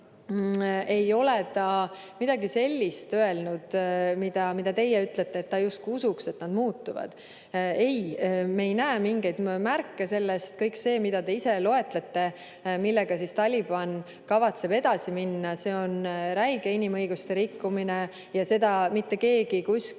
ei ole ta midagi sellist öelnud, mida teie ütlesite: et ta justkui usub, et nad muutuvad. Ei, me ei näe mingeid märke sellest. Kõik see, mida te ise loetlesite, ja millega Taliban kavatseb edasi minna – see on räige inimõiguste rikkumine ja seda mitte keegi kuskil